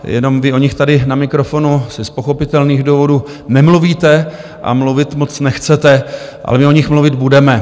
Jenom vy o nich tady na mikrofonu asi z pochopitelných důvodů nemluvíte a mluvit moc nechcete, ale my o nich mluvit budeme.